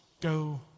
go